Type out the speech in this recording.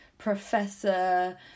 Professor